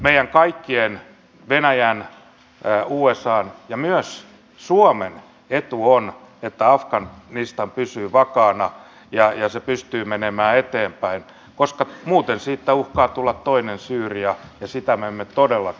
meidän kaikkien venäjän usan ja myös suomen etu on että afganistan pysyy vakaana ja se pystyy menemään eteenpäin koska muuten siitä uhkaa tulla toinen syyria ja sitä me emme todellakaan halua